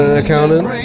accountant